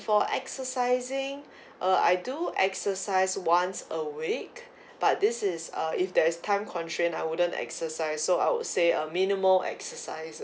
for exercising uh I do exercise once a week but this is err if there's time constrain I wouldn't exercise so I would say a minimal exercises